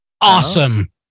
Awesome